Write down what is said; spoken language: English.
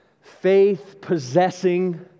faith-possessing